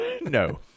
No